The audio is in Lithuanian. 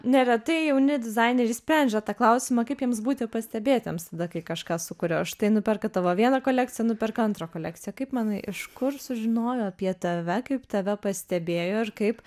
neretai jauni dizaineriai sprendžia tą klausimą kaip jiems būti pastebėtiems tada kai kažką sukuria o štai nuperka tavo vieną kolekciją nuperka antrą kolekciją kaip manai iš kur sužinojo apie tave kaip tave pastebėjo ir kaip